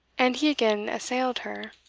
and he again assailed her.